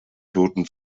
toten